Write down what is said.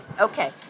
Okay